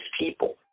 people